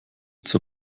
zur